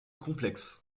complexes